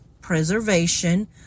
preservation